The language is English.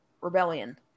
rebellion